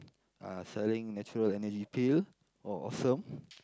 uh selling natural energy pill or awesome